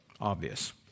obvious